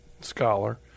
scholar